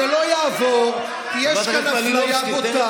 זה לא יעבור כי יש כאן אפליה בוטה,